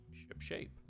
ship-shape